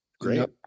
Great